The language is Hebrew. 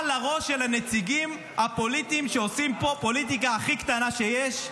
על הראש של הנציגים הפוליטיים שעושים פה פוליטיקה הכי קטנה שיש.